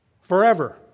Forever